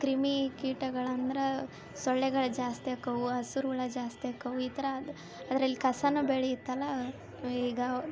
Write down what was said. ಕ್ರಿಮಿ ಕೀಟಗಳಂದ್ರ ಸೊಳ್ಳೆಗಳು ಜಾಸ್ತಿ ಆಕಾವು ಹಸ್ರು ಹುಳ ಜಾಸ್ತಿ ಆಕಾವು ಈ ಥರ ಅದ್ರಲ್ಲಿ ಕಸನೂ ಬೆಳಿಯುತ್ತಲ್ಲಾ ಈಗ